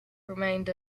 remained